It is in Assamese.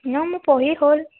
মোৰ পঢ়ি হ'ল